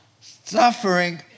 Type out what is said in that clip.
Suffering